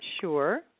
sure